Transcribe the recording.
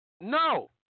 No